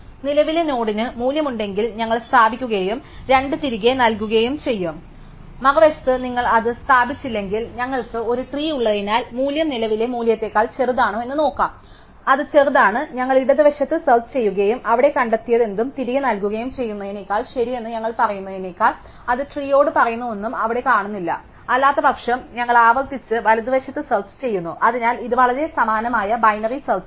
നിലവിലെ നോഡിന് മൂല്യമുണ്ടെങ്കിൽ ഞങ്ങൾ സ്ഥാപിക്കുകയും 2 തിരികെ നൽകുകയും ചെയ്തു മറുവശത്ത് നിങ്ങൾ അത് സ്ഥാപിച്ചില്ലെങ്കിൽ ഞങ്ങൾക്ക് ഒരു ട്രീ ഉള്ളതിനാൽ മൂല്യം നിലവിലെ മൂല്യത്തേക്കാൾ ചെറുതാണോ എന്ന് നോക്കാം അത് ചെറുതാണ് ഞങ്ങൾ ഇടത് വശത്ത് സെർച്ച് ചെയുകയും അവിടെ കണ്ടെത്തിയതെന്തും തിരികെ നൽകുകയും ചെയ്യുന്നതിനേക്കാൾ ശരിയെന്ന് ഞങ്ങൾ പറയുന്നതിനേക്കാൾ അത് ട്രീയോട് പറയുന്നതൊന്നും അവിടെ കാണുന്നില്ല അല്ലാത്തപക്ഷം ഞങ്ങൾ ആവർത്തിച്ച് വലതുവശത്ത് സെർച്ച് ചെയുന്നു അതിനാൽ ഇത് വളരെ സമാനമായ ബൈനറി സെർച്ച് ആണ്